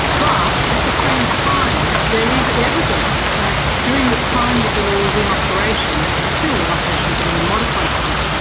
but at the same time there is evidence that during the time that the law was in operation, and it's still in operation but in a modified form,